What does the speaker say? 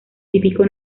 típico